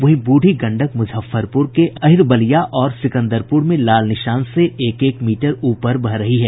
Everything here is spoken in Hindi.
वहीं ब्रुढ़ी गंडक मुजफ्फरपुर के अहिरवलिया और सिकंदरपुर में लाल निशान से एक एक मीटर ऊपर बह रही है